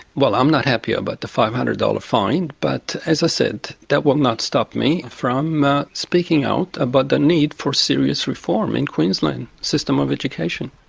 well, i'm not happy about the five hundred dollars fine, but, as i said, that will not stop me from speaking out about the need for serious reform in queensland's system of education.